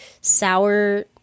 sour